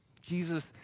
Jesus